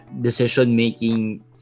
decision-making